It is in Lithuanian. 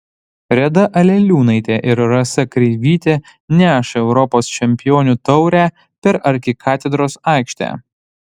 reda aleliūnaitė ir rasa kreivytė neša europos čempionių taurę per arkikatedros aikštę